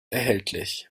erhältlich